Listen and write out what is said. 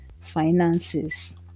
finances